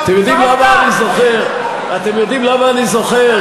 אתם יודעים למה אני זוכר?